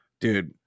Dude